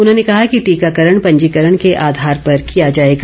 उन्होंने कहा कि टीकाकरण पंजीकरण के आधार पर किया जाएगा